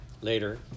Later